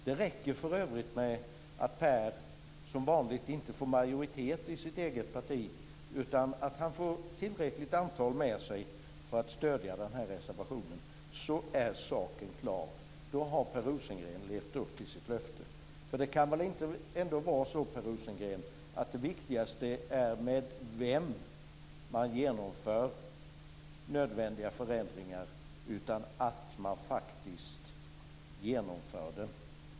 Det räcker för övrigt om Per som vanligt inte får majoritet i sitt eget parti. Får han bara ett tillräckligt antal med sig för att stödja den här reservationen är saken klar. Då har Per Rosengren levt upp till sitt löfte. Det viktigaste, Per Rosengren, är väl inte med vem man genomför nödvändiga förändringar, utan att man faktiskt genomför dem.